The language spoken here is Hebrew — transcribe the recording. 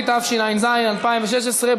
התשע"ז 2016,